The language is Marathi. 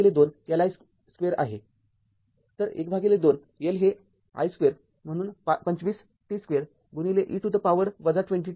तर १२ Lहे i २ म्हणून २५ t २ e to the power २० t आहे